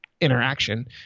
interaction